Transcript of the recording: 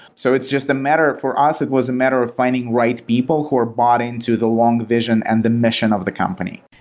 so it's just a matter for us, it was a matter of finding rights people who are bought into the long vision and the mission of the company.